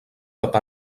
cap